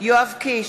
יואב קיש,